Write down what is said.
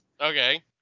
Okay